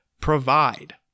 provide